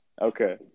Okay